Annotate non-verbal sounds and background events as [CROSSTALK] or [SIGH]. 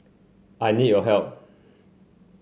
I need your help [NOISE]